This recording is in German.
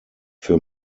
für